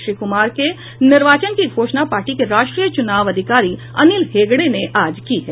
श्री कुमार के निर्वाचन की घोषणा पार्टी के राष्ट्रीय चुनाव अधिकारी अनिल हेगड़े ने आज की है